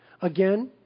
Again